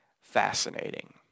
fascinating